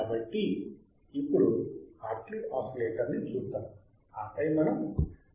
కాబట్టి ఇప్పుడు హార్ట్లీ ఓసిలేటర్ని చూద్దాం ఆపై మనం కాల్ పిట్స్ ఆసిలేటర్కు వెళ్తాము